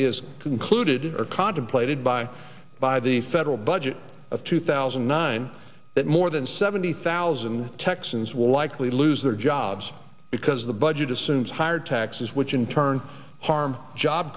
is concluded or contemplated by by the federal budget of two thousand and nine that more than seventy thousand texans will likely lose their jobs because the budget assumes higher taxes which in turn harm job